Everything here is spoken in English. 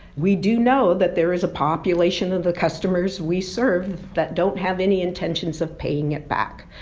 we do know that there is a population of the customers we serve that don't have any intentions of paying it back.